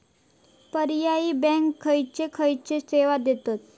पर्यायी बँका खयचे खयचे सेवा देतत?